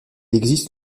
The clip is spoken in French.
existe